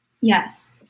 yes